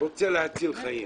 רוצה להציל חיים.